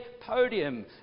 podium